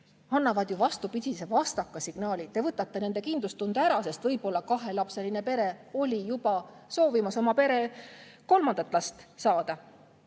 annavad ju vastupidise, vastaka signaali. Te võtate nende kindlustunde ära, sest võib-olla kahelapseline pere oli juba soovimas oma pere kolmandat last saada.